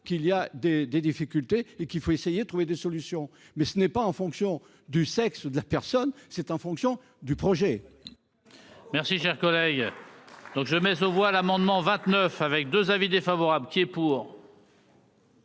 qu'il y a des des difficultés et qu'il faut essayer de trouver des solutions, mais ce n'est pas en fonction du sexe de la personne. C'est en fonction du projet.